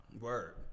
Word